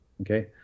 okay